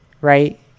right